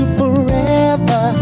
forever